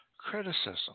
Criticism